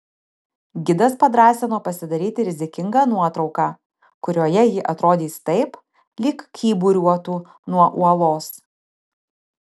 gidas padrąsino pasidaryti rizikingą nuotrauką kurioje ji atrodys taip lyg kyburiuotų nuo uolos